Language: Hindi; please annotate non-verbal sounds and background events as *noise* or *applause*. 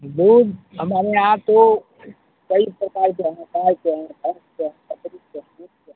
दूध हमारे यहाँ तो कई प्रकार के हैं गाय के हैं भैंस के हैं बकरी के हैं *unintelligible* के